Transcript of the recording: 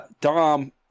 Dom